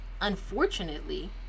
unfortunately